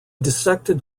dissected